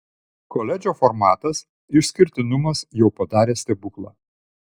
koledžo formatas išskirtinumas jau padarė stebuklą